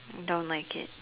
don't like it